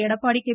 Edappadi K